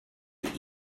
your